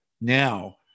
now